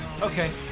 Okay